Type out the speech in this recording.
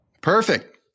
Perfect